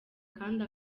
kandi